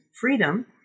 freedom